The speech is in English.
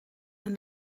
and